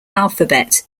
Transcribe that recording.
alphabet